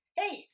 hey